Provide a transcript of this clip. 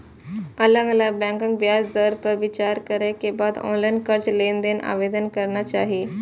अलग अलग बैंकक ब्याज दर पर विचार करै के बाद ऑनलाइन कर्ज लेल आवेदन करना चाही